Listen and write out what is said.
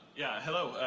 yeah, hello.